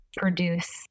produce